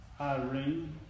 Irene